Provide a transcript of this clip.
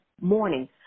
morning